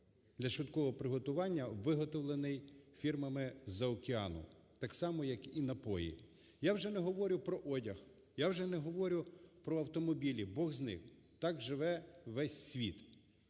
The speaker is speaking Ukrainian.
для швидкого приготування, виготовлений фірмами із-за океану, так само, як і напої, я вже не говорю про одяг, я вже не говорю про автомобілі, бог з ним, так живе весь світ.